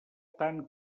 tant